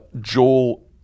Joel